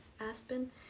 Aspen